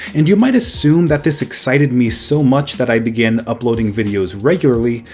and you might assume that this excited me so much that i began uploading videos regularly,